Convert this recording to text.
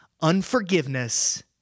unforgiveness